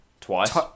Twice